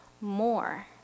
more